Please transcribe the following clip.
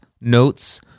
Notes